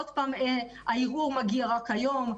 עוד פעם, הערעור מגיע רק היום.